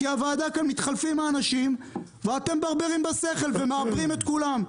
כי מתחלפים האנשים פה בוועדה ואתם מברברים בשכל ומעוורים את כולם.